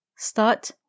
Start